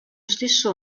stesso